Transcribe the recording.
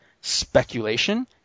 speculation